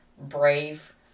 Brave